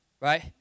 right